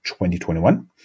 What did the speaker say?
2021